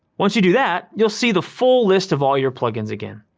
once you do that, you'll see the full list of all your plugins again,